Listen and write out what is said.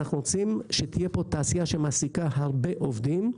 אנחנו רוצים שתהיה פה תעשייה שמעסיקה הרבה עובדים,